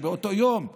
באותו יום אמר: